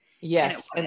yes